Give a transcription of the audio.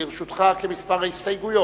לרשותך, כמספר ההסתייגויות,